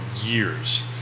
years